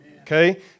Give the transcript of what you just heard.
okay